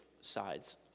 sides